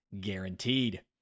guaranteed